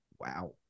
Wow